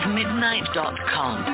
midnight.com